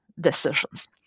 decisions